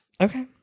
Okay